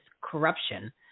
corruption